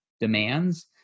demands